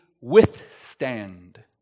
withstand